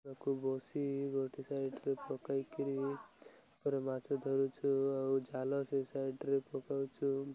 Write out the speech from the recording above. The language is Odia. ତାକୁ ବସି ଗୋଟେ ସାଇଡ୍ରେ ପକାଇକିରି ଉପରେ ମାଛ ଧରୁଛୁ ଆଉ ଜାଲ ସେଇ ସାଇଡ୍ରେ ପକାଉଛୁ